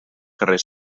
carrer